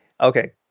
okay